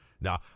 Now